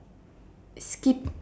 skip